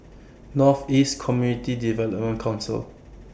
North East Community Development Council